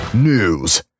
News